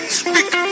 speak